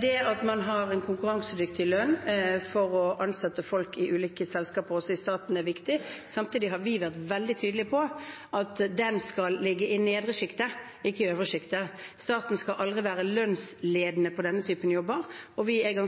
Det at man har en konkurransedyktig lønn for å ansette folk i ulike selskaper, også i staten, er viktig. Samtidig har vi vært veldig tydelige på at den skal ligge i det nedre sjiktet, ikke i det øvre sjiktet. Staten skal aldri være lønnsledende på denne typen jobber, og vi er